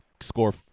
score